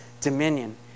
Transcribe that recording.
dominion